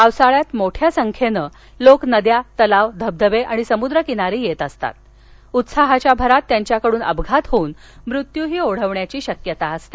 पावसाळ्यात मोठ्या संख्येनं लोक नद्या तलाव धबधबे समुद्र किनारी येत असतात उत्साहाच्या भरात त्यांच्याकडून अपघात होऊन मृत्यू देखील ओढवण्याची शक्यता असते